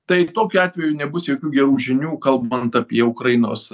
tai tokiu atveju nebus jokių gerų žinių kalbant apie ukrainos